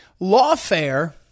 Lawfare